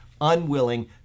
unwilling